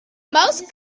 most